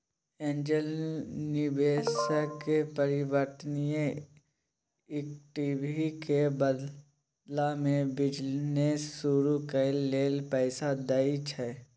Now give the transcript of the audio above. angel निवेशक परिवर्तनीय equity के बदला में बिजनेस शुरू करइ लेल पैसा दइ छै